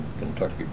Kentucky